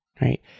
right